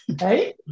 Hey